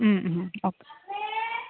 ഉം ഉം ഓക്കെ